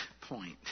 point